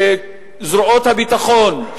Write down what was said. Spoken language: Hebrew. שזרועות הביטחון,